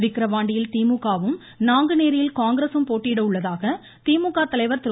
விக்கிரவாண்டியில் திமுக வும் நாங்குநேரியில் காங்கிரஸும் போட்டியிட உள்ளதாக திமுக தலைவர் திரு